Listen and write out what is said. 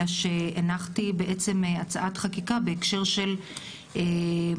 אלא שהנחתי בעצם הצעת חקיקה בהקשר של החמרת